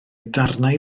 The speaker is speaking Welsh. darnau